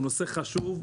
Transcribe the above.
הוא נושא חשוב,